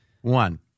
One